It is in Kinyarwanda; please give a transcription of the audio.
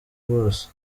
bose